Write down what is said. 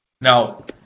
Now